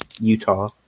Utah